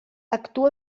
actua